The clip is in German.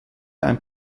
ein